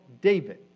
David